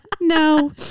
No